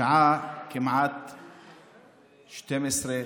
השעה כמעט 24:00,